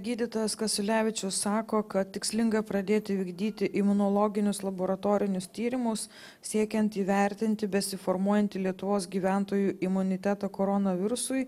gydytojas kasiulevičius sako kad tikslinga pradėti vykdyti imunologinius laboratorinius tyrimus siekiant įvertinti besiformuojantį lietuvos gyventojų imunitetą koronavirusui